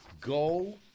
Go